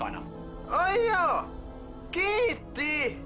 going to be